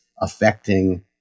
affecting